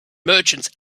merchants